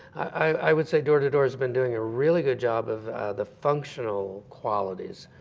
i would say door to door's been doing a really good job of the functional qualities.